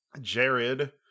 jared